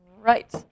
Right